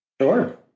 Sure